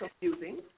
confusing